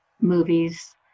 movies